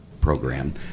program